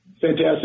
Fantastic